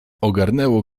ogarnęło